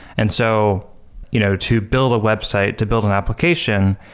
and so you know to build a website, to build an application,